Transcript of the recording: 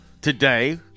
today